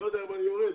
הישיבה נעולה.